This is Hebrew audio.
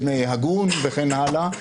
הגון וכן הלאה.